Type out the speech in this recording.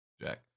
Jack